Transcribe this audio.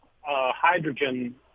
hydrogen